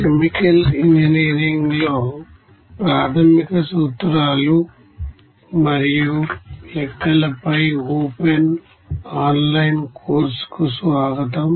chemical engineering లో ప్రాథమిక సూత్రాలు మరియు లెక్కలపై ఓపెన్ ఆన్ లైన్ కోర్సుకు స్వాగతం